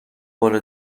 بالا